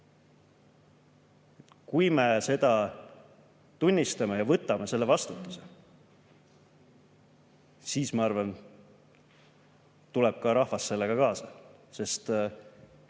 Kui me seda tunnistame ja võtame selle vastutuse, ma arvan, siis tuleb rahvas sellega kaasa, sest